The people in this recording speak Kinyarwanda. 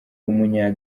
umunya